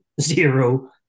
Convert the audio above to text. zero